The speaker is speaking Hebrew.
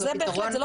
זה בהחלט.